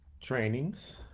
trainings